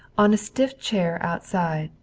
on a stiff chair outside,